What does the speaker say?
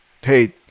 hey